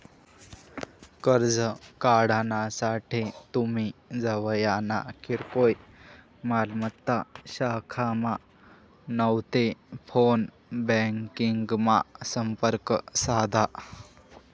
कर्ज काढानासाठे तुमी जवयना किरकोय मालमत्ता शाखामा नैते फोन ब्यांकिंगमा संपर्क साधा